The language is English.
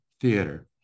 Theater